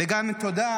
וגם תודה